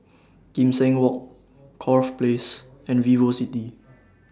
Kim Seng Walk Corfe Place and Vivocity